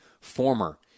former